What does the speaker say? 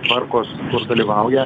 tvarkos kur dalyvauja